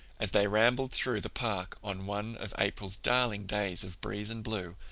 as they rambled through the park on one of april's darling days of breeze and blue,